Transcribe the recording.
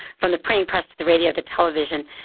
from the printing press, to the radio, the television,